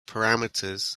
parameters